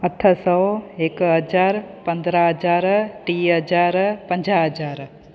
अठ सौ हिकु हज़ार पंद्रहां हज़ार टीह हज़ार पंजाह हज़ार